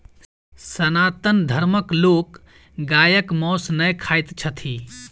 सनातन धर्मक लोक गायक मौस नै खाइत छथि